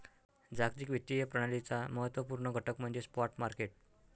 जागतिक वित्तीय प्रणालीचा महत्त्व पूर्ण घटक म्हणजे स्पॉट मार्केट